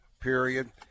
period